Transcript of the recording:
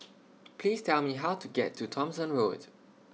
Please Tell Me How to get to Thomson Road